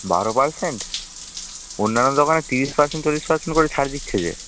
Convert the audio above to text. বারো পার্সেন্ট অন্যান্য দোকানে ত্রিশ পার্সেন্ট চল্লিশ পার্সেন্ট করে ছাড় দিচ্ছে যে